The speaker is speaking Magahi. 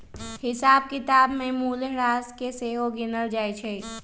हिसाब किताब में मूल्यह्रास के सेहो गिनल जाइ छइ